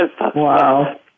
Wow